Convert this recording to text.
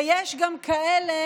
ויש גם כאלה